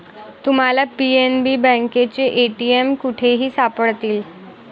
तुम्हाला पी.एन.बी बँकेचे ए.टी.एम कुठेही सापडतील